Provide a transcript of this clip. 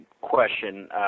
question